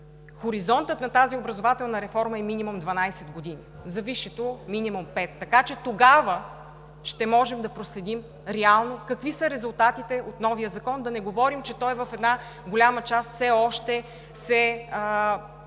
хоризонтът на тази образователна реформа, е минимум 12 години, за висшето – минимум пет. Така че тогава ще можем да проследим реално какви са резултатите от новия закон, да не говорим, че той в една голяма част все още влиза